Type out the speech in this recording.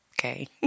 Okay